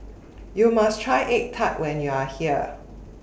YOU must Try Egg Tart when YOU Are here